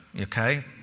okay